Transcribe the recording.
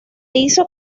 hizo